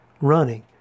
running